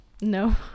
no